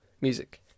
music